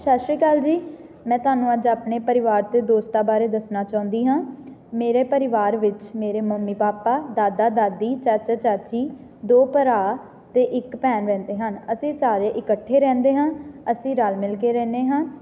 ਸ਼ਤਿ ਸ਼੍ਰੀ ਅਕਾਲ ਜੀ ਮੈਂ ਤੁਹਾਨੂੰ ਅੱਜ ਆਪਣੇ ਪਰਿਵਾਰ ਅਤੇ ਦੋਸਤਾਂ ਬਾਰੇ ਦੱਸਣਾ ਚਾਹੁੰਦੀ ਹਾਂ ਮੇਰੇ ਪਰਿਵਾਰ ਵਿੱਚ ਮੇਰੇ ਮੰਮੀ ਪਾਪਾ ਦਾਦਾ ਦਾਦੀ ਚਾਚਾ ਚਾਚੀ ਦੋ ਭਰਾ ਅਤੇ ਇੱਕ ਭੈਣ ਰਹਿੰਦੇ ਹਨ ਅਸੀਂ ਸਾਰੇ ਇਕੱਠੇ ਰਹਿੰਦੇ ਹਾਂ ਅਸੀਂ ਰਲ਼ ਮਿਲ ਕੇ ਰਹਿੰਦੇ ਹਾਂ